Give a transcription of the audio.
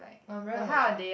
my umbrella on my chair